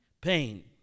Pain